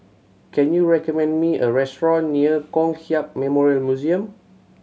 can you recommend me a restaurant near Kong Hiap Memorial Museum